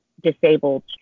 Disabled